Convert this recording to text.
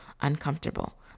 uncomfortable